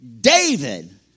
David